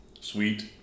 Sweet